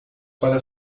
para